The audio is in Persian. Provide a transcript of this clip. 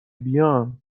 بیان